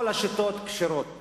כל השיטות כשרות